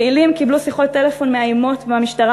פעילים קיבלו שיחות טלפון מאיימות מהמשטרה,